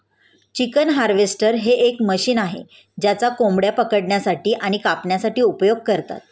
chicken harvester हे एक machine आहे ज्याचा कोंबड्या पकडण्यासाठी आणि कापण्यासाठी उपयोग करतात